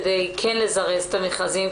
כדי כן לזרז את המכרזים,